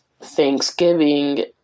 Thanksgiving